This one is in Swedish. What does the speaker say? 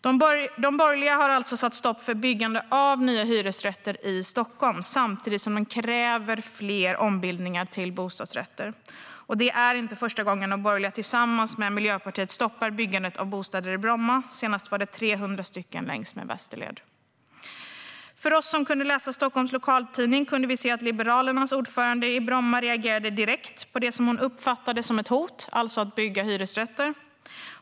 De borgerliga har alltså satt stopp för byggande av nya hyresrätter i Stockholm samtidigt som de kräver fler ombildningar till bostadsrätter. Det är inte första gången de borgerliga tillsammans med Miljöpartiet stoppar byggandet av bostäder i Bromma. Senast handlade det om 300 bostäder längs med Västerled. Vi som kunde läsa lokaltidningen Stockholm Direkt kunde se att Liberalernas ordförande i Bromma reagerade direkt på det som hon uppfattade som ett hot, alltså att man skulle bygga hyresrätter.